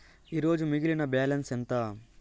ఈరోజు మిగిలిన బ్యాలెన్స్ ఎంత?